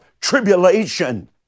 tribulation